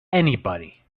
anybody